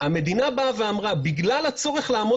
המדינה באה ואמרה שבגלל הצורך לעמוד